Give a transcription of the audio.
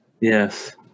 Yes